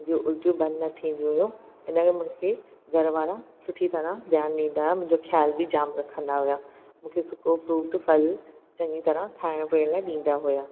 मुंहिंजो उल्टियू बंदि न थींदी हुइयूं इनखे मूंखे घरु वारा सुठी तरह ध्यानु ॾींदा हा मुंहिंजो ख्यालु बि जाम रखंदा हुआ मूंखे सुको फ्रुट फल चंङी तरह खाइण पीअण लाइ ॾींदा हुया